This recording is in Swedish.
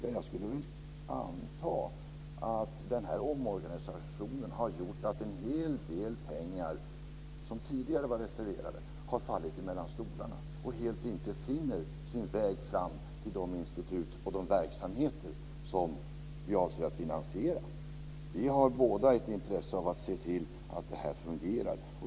Ja, jag skulle anta att den här omorganisationen har gjort att en hel del pengar som tidigare reserverats så att säga har fallit mellan stolarna och inte helt finner sin väg fram till de institut och verksamheter som vi avser att finansiera. Båda har vi ett intresse av att se till att detta fungerar.